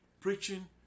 preaching